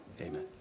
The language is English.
Amen